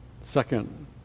second